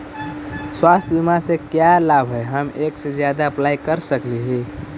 स्वास्थ्य बीमा से का क्या लाभ है हम एक से जादा अप्लाई कर सकली ही?